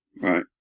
right